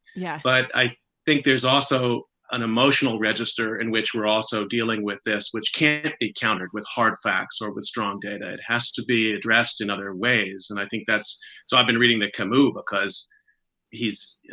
yeah. but i think there's also an emotional register in which we're also dealing with this, which can be countered with hard facts or with strong data. has to be addressed in other ways. and i think that's so i've been reading that move because he's, you